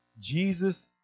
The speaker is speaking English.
Jesus